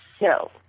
No